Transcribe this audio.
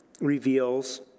reveals